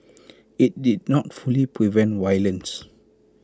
IT did not fully prevent violence